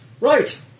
Right